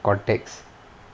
context